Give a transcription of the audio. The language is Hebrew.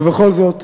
ובכל זאת,